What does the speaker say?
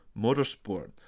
motorsport